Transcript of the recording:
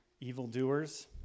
evildoers